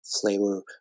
flavor